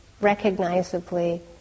recognizably